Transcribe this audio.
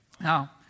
Now